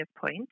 point